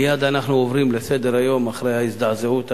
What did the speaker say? מייד אנחנו עוברים לסדר-היום, אחרי ההזדעזעות.